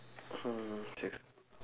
(uh huh)